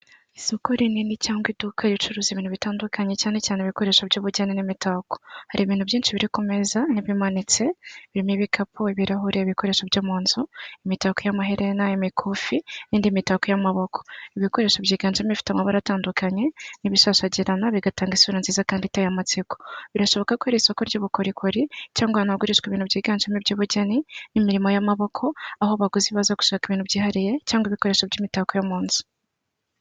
Isoko rinini cyangwa iduka ricuruza ibintu bitandukanye cyane cyane ibikoresho by'ubukene n imitako hari ibintu byinshi biri ku meza, ibimanitse birimo ibikapu ibihura ibikoresho byo mu nzu imitako y'amahere n' imikufi n'indi mitako y'amaboko ibikoresho byiganjemofite amabara atandukanye ntibisosagirana bigatanga isura nziza kandi iteye amatsiko, birashoboka kubera isoko ry'ubukorikori, cyangwa hanagurishwa ibintu byiganjemo yubukene n' imirimo y'amaboko aho baguzi baza gushaka ibintu byihariye cyangwa ibikoresho by'imitako yo mu nzu.